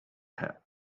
hat